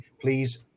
please